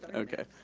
ah okay.